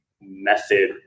method